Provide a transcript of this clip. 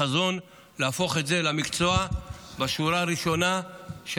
כדי שעם חזון נהפוך את זה למקצוע בשורה הראשונה של